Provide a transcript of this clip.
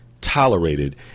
tolerated